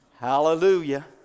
Hallelujah